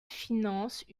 finance